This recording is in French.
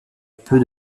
peu